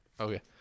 Okay